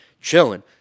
chilling